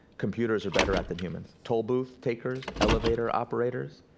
computers are better at than humans. toll booth takers, elevator operators,